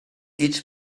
each